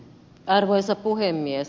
arvoisa puhemies